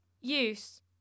Use